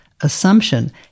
assumption